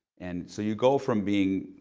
and so you go from being,